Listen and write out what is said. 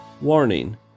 Warning